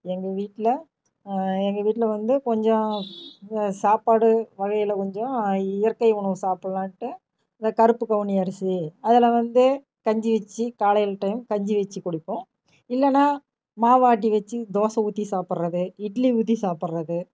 எங்கள் வீட்டில் எங்கள் வீட்டில் வந்து கொஞ்சம் சாப்பாடு வழியில் கொஞ்சம் இயற்கை உணவு சாப்புடலான்ட்டு இந்த கருப்பு கவுனி அரிசி அதில் வந்து கஞ்சி வச்சு காலையில் டைம் கஞ்சி வச்சு குடிப்போம் இல்லைன்னா மாவாட்டி வச்சு தோசை ஊற்றி சாப்புடுறது இட்லி ஊற்றி சாப்புடுறது